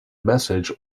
message